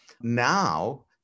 now